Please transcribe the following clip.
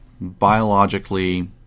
Biologically